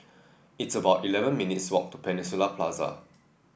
it's about eleven minutes' walk to Peninsula Plaza